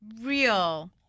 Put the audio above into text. real